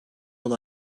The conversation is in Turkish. yol